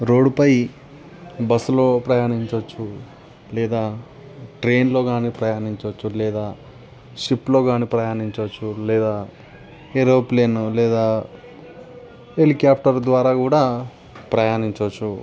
రోడ్డుపై బస్సులో ప్రయాణించవచ్చు లేదా ట్రైన్లో కానీ ప్రయాణించవచ్చు లేదా షిప్లో కానీ ప్రయాణించవచ్చు లేదా ఎరోప్లేన్ లేదా హెలికాఫ్టర్ ద్వారా కూడా ప్రయాణించవచ్చు